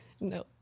No